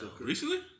Recently